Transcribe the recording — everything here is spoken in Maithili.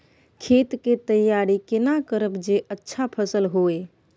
खेत के तैयारी केना करब जे अच्छा फसल होय?